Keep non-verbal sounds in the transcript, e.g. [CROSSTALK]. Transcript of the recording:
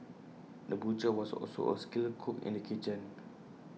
the butcher was also A skilled cook in the kitchen [NOISE]